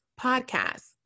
podcast